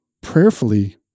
prayerfully